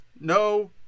No